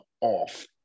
off